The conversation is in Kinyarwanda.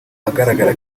agaragara